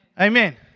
Amen